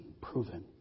Proven